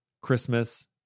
Christmas